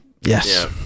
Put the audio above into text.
yes